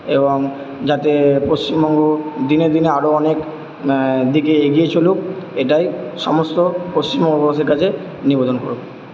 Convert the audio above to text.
এবং যাতে পশ্চিমবঙ্গ দিনে দিনে আরও অনেক দিকে এগিয়ে চলুক এটাই সমস্ত পশ্চিমবঙ্গবাসীর কাছে নিবেদন করবো